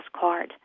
card